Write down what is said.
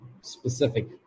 specific